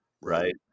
right